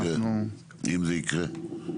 אם זה יקרה.